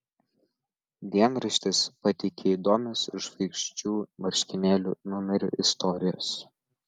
dienraštis pateikia įdomias žvaigždžių marškinėlių numerių istorijas